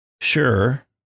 Sure